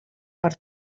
per